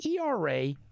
ERA